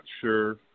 sure